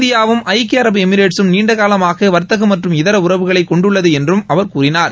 இந்தியாவும் ஐக்கிய அரபு எமிரேட்ஸும் நீண்டகாலமாக வர்த்தகம் மற்றும் இதர உறவுகள் கொண்டுள்ளது என்றும் அவர் கூறினார்